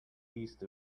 east